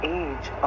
age